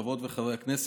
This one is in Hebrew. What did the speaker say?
חברות וחברי הכנסת,